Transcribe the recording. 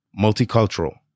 multicultural